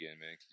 man